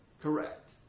Correct